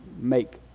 make